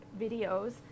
videos